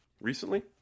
recently